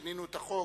שינינו את החוק